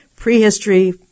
Prehistory